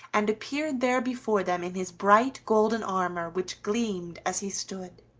and appeared there before them in his bright golden armor, which gleamed as he stood.